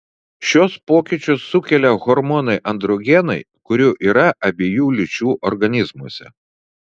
šiuos pokyčius sukelia hormonai androgenai kurių yra abiejų lyčių organizmuose